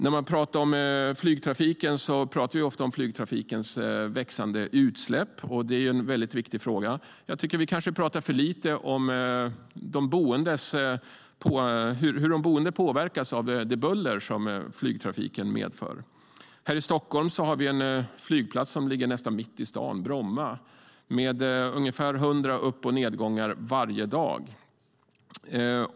När vi pratar om flygtrafiken pratar vi ofta om flygtrafikens ökande utsläpp, och det är en väldigt viktig fråga. Jag tycker kanske att vi pratar för lite om hur de boende påverkas av det buller som flygtrafiken medför. Här i Stockholm har vi en flygplats som ligger nästan mitt i staden, Bromma, med ungefär 100 upp och nedgångar varje dag.